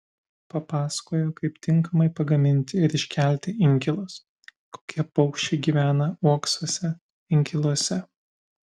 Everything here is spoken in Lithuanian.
papasakojo kaip tinkamai pagaminti ir iškelti inkilus kokie paukščiai gyvena uoksuose inkiluose